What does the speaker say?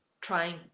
trying